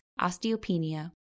osteopenia